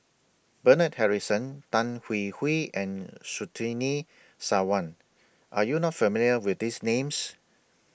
Bernard Harrison Tan Hwee Hwee and Surtini Sarwan Are YOU not familiar with These Names